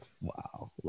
Wow